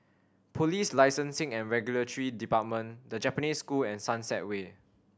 Police Licensing and Regulatory Department The Japanese School and Sunset ware